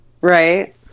right